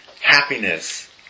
happiness